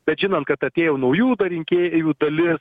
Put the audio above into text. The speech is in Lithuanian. bet žinant kad atėjo naujų rinkėjų dalis